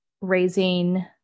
raising